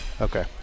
Okay